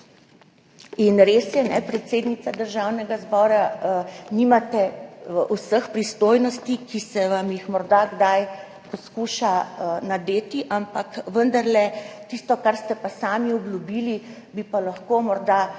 in res je, predsednica Državnega zbora, nimate vseh pristojnosti, ki se vam jih morda kdaj poskuša nadeti, ampak vendarle k tistemu, kar ste pa sami obljubili, bi pa lahko morda še